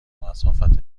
مسافت